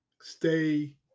stay